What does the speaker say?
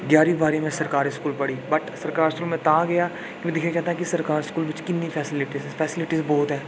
ग्यारमीं बाह्रमीं में सरकारी स्कूल पढ़ी बट्ट सरकारी स्कूल तां गेआ में दिक्खना चाह्ंदा हा कि सरकारी स्कलू च किन्नी फैसीलिटीस ऐ फेसीलिटीस ते बहुत ऐ